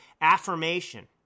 affirmation